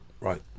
Right